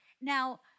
Now